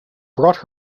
brought